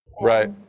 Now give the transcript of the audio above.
Right